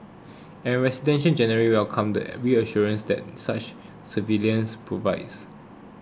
and residents generally welcome the reassurance that such surveillance provides